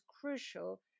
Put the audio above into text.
crucial